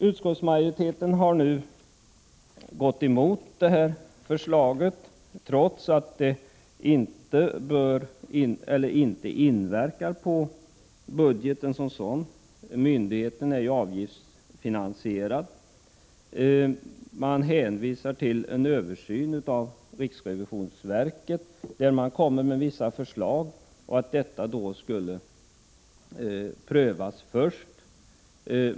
Utskottsmajoriteten har gått emot förslaget trots att det inte inverkar på budgeten som sådan — myndigheten är ju avgiftsfinansierad. Utskottsmajoriteten hänvisar till en översyn utförd av riksrevisionsverket, där man framfört vissa förslag som utskottsmajoriteten anser först bör prövas.